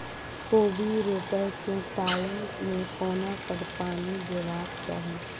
कोबी रोपय केँ टायम मे कोना कऽ पानि देबाक चही?